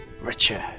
richer